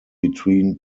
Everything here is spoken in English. between